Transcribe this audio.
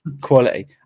quality